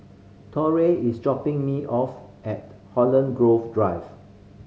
Torry is dropping me off at Holland Grove Drive